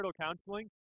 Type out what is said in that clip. counseling